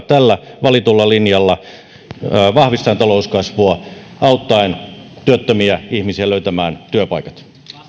tällä valitulla linjalla vahvistaen talouskasvua auttaen työttömiä ihmisiä löytämään työpaikat